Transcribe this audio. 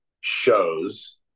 shows